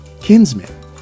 Kinsmen